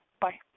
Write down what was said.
Bye